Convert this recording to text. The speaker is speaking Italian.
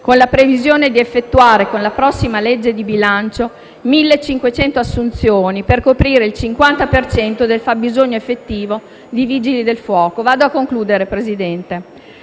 con la previsione di effettuare, con la prossima legge di bilancio, 1.500 assunzioni, per coprire il 50 per cento del fabbisogno effettivo di Vigili del fuoco. Signor Presidente,